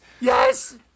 Yes